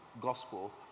gospel